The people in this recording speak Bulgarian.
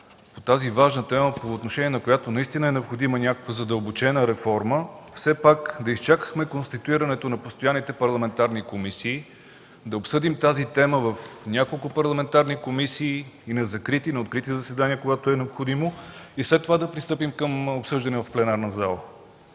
тази важна тема, по отношение на която е необходима задълбочена реформа, все пак може да изчакаме конституирането на постоянните парламентарни комисии, да обсъдим тази тема в няколко парламентарни комисии – на открити и закрити заседания, когато е необходимо, и след това да пристъпим към обсъждане в пленарната зала.